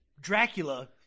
Dracula